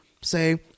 say